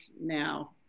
now